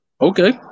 Okay